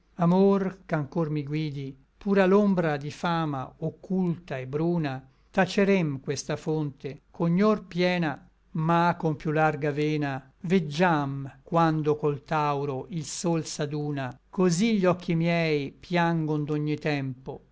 amor ch'anchor mi guidi pur a l'ombra di fama occulta et bruna tacerem questa fonte ch'ognor piena ma con piú larga vena veggiam quando col tauro il sol s'aduna cosí gli occhi miei piangon d'ogni tempo